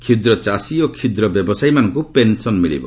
କ୍ଷୁଦ୍ର ଚାଷୀ ଓ କ୍ଷୁଦ୍ର ବ୍ୟବସାୟୀମାନଙ୍କୁ ପେନ୍ସନ୍ ମିଳିବ